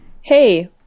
Hey